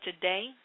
today